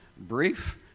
brief